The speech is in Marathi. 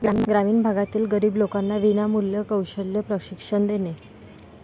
ग्रामीण भागातील गरीब लोकांना विनामूल्य कौशल्य प्रशिक्षण देणे